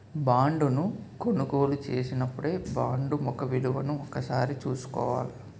బాండును కొనుగోలు చేసినపుడే బాండు ముఖ విలువను ఒకసారి చూసుకోవాల